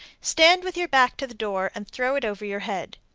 stand with your back to the door and throw it over your head.